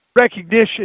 recognition